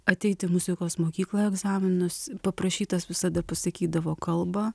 ateiti muzikos mokykloje egzaminus paprašytas visada pasakydavo kalbą